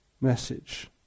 message